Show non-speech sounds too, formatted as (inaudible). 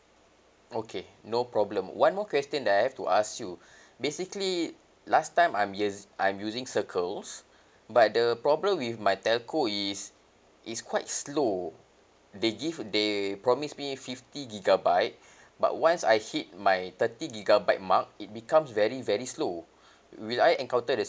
okay no problem one more question that I have to ask you (breath) basically last time I'm us~ I'm using circles (breath) but the problem with my telco is it's quite slow they give they promise me fifty gigabyte (breath) but once I hit my thirty gigabyte mark it becomes very very slow (breath) will I encounter the